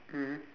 mmhmm